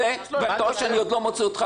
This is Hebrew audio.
אתה רואה שאני לא מוציא אותך החוצה.